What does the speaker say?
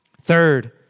Third